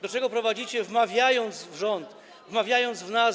do czego prowadzicie, wmawiając rządowi, wmawiając nam.